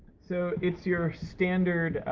so, it's your standard,